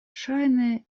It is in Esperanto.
ŝajne